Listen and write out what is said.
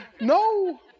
no